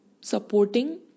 supporting